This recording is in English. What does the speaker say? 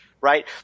Right